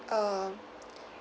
um